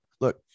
look